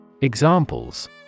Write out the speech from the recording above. Examples